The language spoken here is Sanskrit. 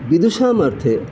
विदुषामर्थे